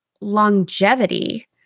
longevity